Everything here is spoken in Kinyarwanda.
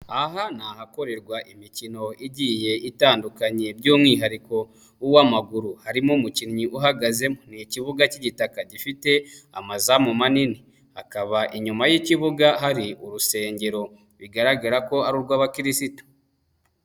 Aha ni ahakorerwa imikino igiye itandukanye by'umwihariko uw'amaguru harimo umukinnyi uhagazemo, n'ikibuga k'igitaka gifite amazamu manini akaba inyuma y'ikibuga hari urusengero bigaragara ko ari urw'abakirisitu.